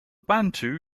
bantu